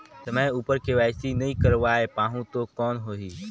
समय उपर के.वाई.सी नइ करवाय पाहुं तो कौन होही?